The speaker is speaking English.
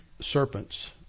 serpents